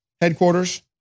Headquarters